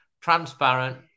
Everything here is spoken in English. transparent